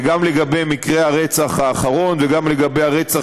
גם לגבי מקרה הרצח האחרון וגם לגבי הרצח